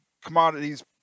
commodities